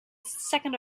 second